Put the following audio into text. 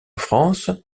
france